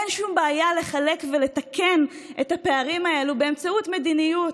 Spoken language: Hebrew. אין שום בעיה לחלק ולתקן את הפערים האלו באמצעות מדיניות,